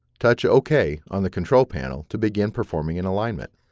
touch ok on the control panel to begin performing an alignment.